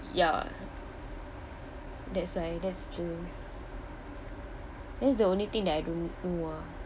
ya that's why that's the that's the only thing that I don't do ah